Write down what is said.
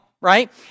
right